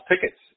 tickets